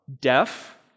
deaf